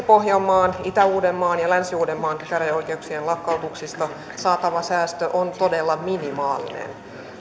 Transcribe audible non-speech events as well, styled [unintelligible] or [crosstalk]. [unintelligible] pohjanmaan itä uudenmaan ja länsi uudenmaan käräjäoikeuksien lakkautuksista saatava säästö on todella minimaalinen